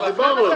60 זה הרבה.